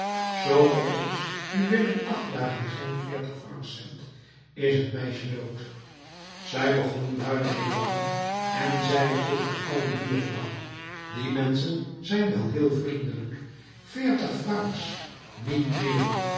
ge ons nu binnen acht dagen geen veertig francs zendt is het meisje dood zij begon luide te lachen en zeide tot haar oude buurvrouw die menschen zijn wel heel vriendelijk veertig francs niet meer